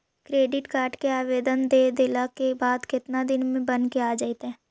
Credit card के आवेदन दे देला के बाद केतना दिन में बनके आ जइतै?